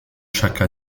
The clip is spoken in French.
chaque